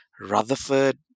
Rutherford